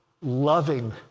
loving